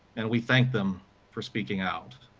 and we think them for speaking out.